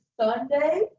Sunday